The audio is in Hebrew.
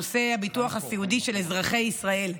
נושא הביטוח הסיעודי של אזרחי ישראל.